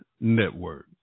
Network